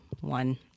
one